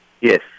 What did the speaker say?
Yes